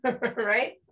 right